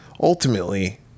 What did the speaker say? Ultimately